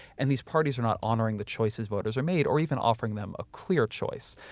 and these parties are not honoring the choices voters are made or even offering them a clear choice.